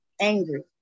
angry